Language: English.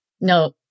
No